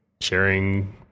sharing